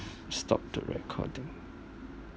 stop to recording